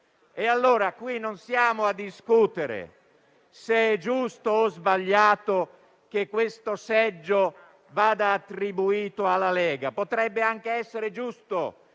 Qui non stiamo discutendo se sia giusto o sbagliato che questo seggio vada attribuito alla Lega; potrebbe anche essere giusto